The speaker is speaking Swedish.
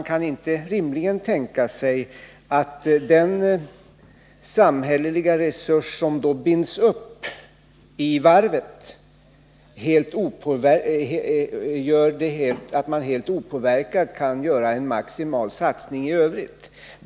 Detta uppbindande av samhälleliga resurser i varvet har rimligen den effekten att man inte helt opåverkat kan göra en maximal satsning i övrigt.